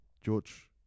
George